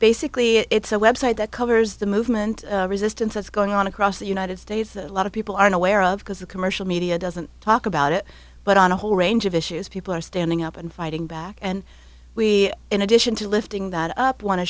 basically it's a website that covers the movement resistance that's going on across the united states a lot of people aren't aware of because the commercial media doesn't talk about it but on a whole range of issues people are standing up and fighting back and we in addition to lifting that up